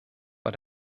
war